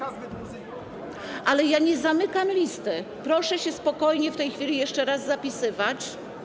Ale ja nie zamykam listy, proszę się spokojnie w tej chwili jeszcze raz zapisywać.